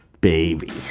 baby